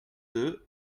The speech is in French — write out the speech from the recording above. deux